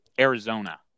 Arizona